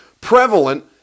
prevalent